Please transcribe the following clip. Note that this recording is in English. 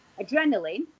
adrenaline